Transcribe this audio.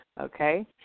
Okay